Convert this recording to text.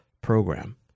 program